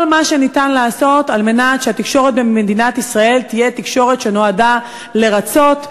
כל מה שאפשר לעשות כדי שהתקשורת במדינת ישראל תהיה תקשורת שנועדה לרצות,